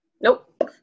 Nope